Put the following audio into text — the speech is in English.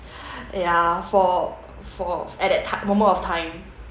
ya for for at that ti~ moment of time